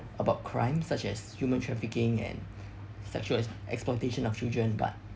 about crime such as human trafficking and sexual ex~ exploitation of children but